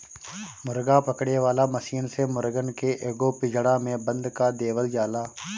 मुर्गा पकड़े वाला मशीन से मुर्गन के एगो पिंजड़ा में बंद कअ देवल जाला